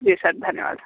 जी sir धन्यवाद